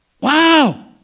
Wow